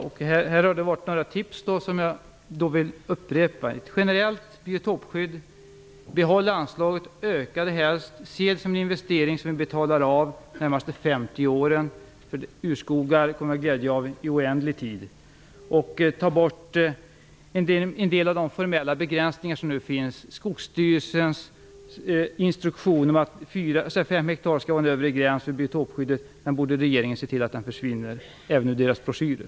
Fru talman! Jag har gett några tips som jag gärna vill upprepa. Vi vill ha ett generellt biotopskydd, behålla anslaget och helst öka det. Se det som en investering som vi betalar av under de närmaste 50 åren! Vi kommer att ha glädje av urskogarna i oändlig tid. Vi vill ta bort en del av de formella begränsningar som nu finns, t.ex. Skogsstyrelsens instruktion om att Regeringen borde se till att den försvinner även ur deras broschyrer.